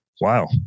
wow